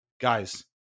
Guys